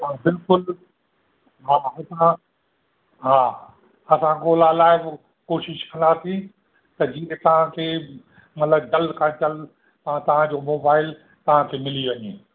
बिल्कुलु हा उतां हा असां ॻोल्हा लाइ बि कोशिश कंदासीं त जीअं तव्हांखे मतलबु दल ख़र्चयल ऐं तव्हांजो मोबाइल तव्हांखे मिली वञे